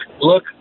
look